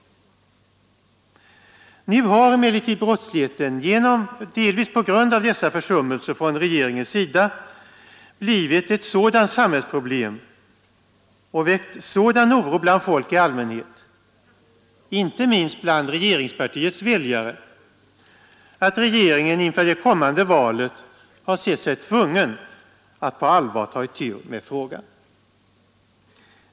Nu har emellertid brottsligheten, delvis på grund av dessa försumligheter från regeringens, sida blivit ett sådant samhällsproblem och väckt sådan oro bland folk i allmänhet, inte minst bland regeringspartiets egna väljare, att regeringen inför det kommande valet har sett sig tvungen att på allvar ta itu med frågan.